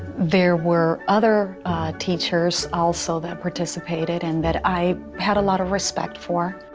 there were other teachers also that participated, and that i had a lot of respect for.